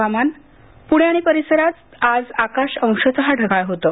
हवामान पुणे आणि परिसरात आज आकाश अंशतः ढगाळ होतं